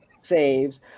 saves